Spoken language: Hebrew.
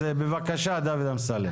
אז בבקשה דוד אמסלם.